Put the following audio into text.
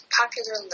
popular